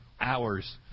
hours